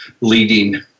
leading